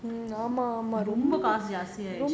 ரொம்ப காசு ஜாஸ்த்தி ஆய்டுச்சு:romba kaasu jaasthi aiduchu